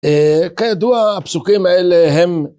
כידוע הפסוקים האלה הם